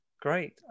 great